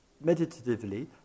meditatively